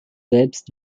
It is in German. selbst